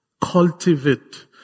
cultivate